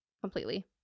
Completely